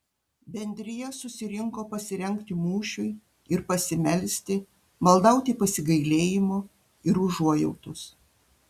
bendrija susirinko pasirengti mūšiui ir pasimelsti maldauti pasigailėjimo ir užuojautos